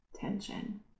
tension